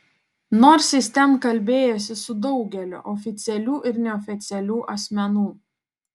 nors jis ten kalbėjosi su daugeliu oficialių ir neoficialių asmenų